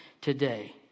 today